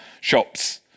shop's